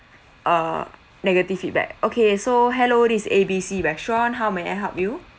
err negative feedback okay so hello this is A_B_C restaurant how may I help you